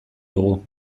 dugu